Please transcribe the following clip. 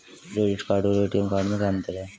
Credit card और ATM card में क्या अंतर है?